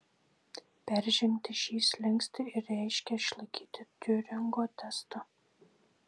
peržengti šį slenkstį ir reiškė išlaikyti tiuringo testą